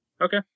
Okay